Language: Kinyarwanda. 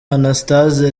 anastase